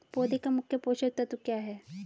पौधे का मुख्य पोषक तत्व क्या हैं?